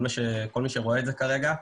כל מי שצופה בדיון,